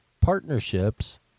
partnerships